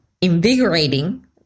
invigorating